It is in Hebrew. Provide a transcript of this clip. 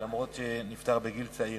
אף-על-פי שהוא נפטר בגיל צעיר.